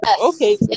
okay